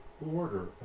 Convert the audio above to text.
order